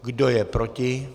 Kdo je proti?